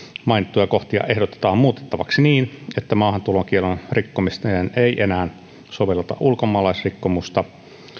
mainittuja kohtia ehdotetaan muutettavaksi niin että maahantulokiellon rikkomiseen ei enää sovelleta ulkomaalaisrikkomusta